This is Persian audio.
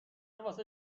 واسه